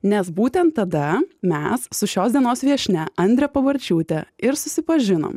nes būtent tada mes su šios dienos viešnia andrė pabarčiūtė ir susipažinom